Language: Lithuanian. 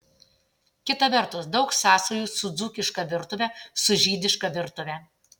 kita vertus daug sąsajų su dzūkiška virtuve su žydiška virtuve